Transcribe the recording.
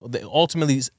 ultimately